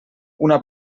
una